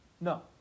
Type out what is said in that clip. No